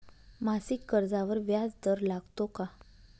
मासिक कर्जावर व्याज दर लागतो का?